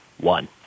one